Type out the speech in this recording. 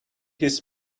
his